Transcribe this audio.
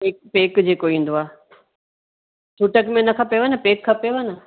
पेक जेको ईंदो आ छूटिक में न खपेव न पेक खपेव न